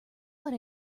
what